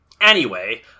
anyway-